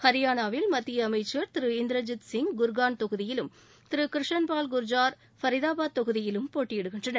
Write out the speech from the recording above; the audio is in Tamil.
ஹரியானாவில் மத்திய அமைச்சர் திரு இந்திரஜித் சிங் குர்காவுன் தொகுதியிலும் திரு கிருஷன்பால் குர்ஜார் பரிதாபாத் தொகுதியிலும் போட்டியிடுகின்றனர்